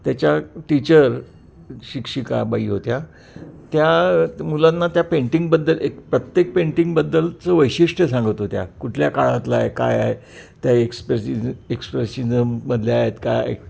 त्याच्या टीचर शिक्षिकाबाई होत्या त्या मुलांना त्या पेंटिंगबद्दल एक प्रत्येक पेंटिंगबद्दलचं वैशिष्ट्य सांगत होत्या कुठल्या काळातलं आहे काय आहे त्या एक्सप्रेशि एक्सप्रेशिजम मधल्या आहेत काय